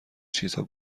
چیزها